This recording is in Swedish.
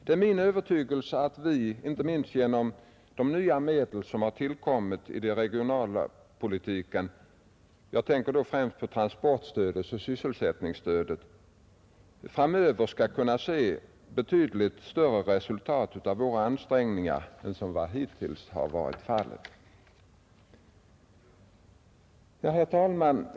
Det är min övertygelse att vi, inte minst genom de nya medel som har tillkommit i den regionala politiken — jag tänker då främst på transportstödet och sysselsättningsstödet — framöver skall kunna se betydligt större resultat av våra ansträngningar än som hittills varit fallet. Herr talman!